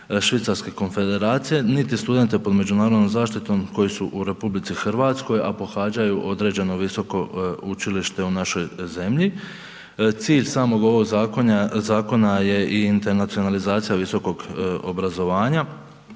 Švicarske Konfederacije, niti studente pod međunarodnom zaštitom koji su u RH, a pohađaju određeno visoko učilište u našoj zemlji. Cilj samog ovog zakona je i internacionalizacija visokog obrazovanja